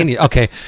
Okay